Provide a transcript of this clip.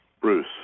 Bruce